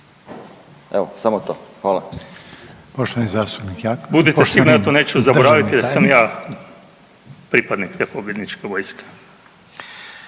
Evo, samo to. Hvala.